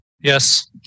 Yes